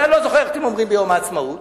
אני לא זוכר איך אתם אומרים ביום העצמאות.